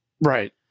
Right